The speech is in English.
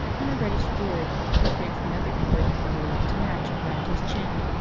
and a reddish beard, which makes another inverted aureole to match, round his chin.